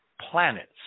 planets